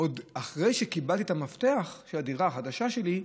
אחרי שקיבלתי את המפתח של הדירה החדשה שלי: